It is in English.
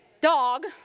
dog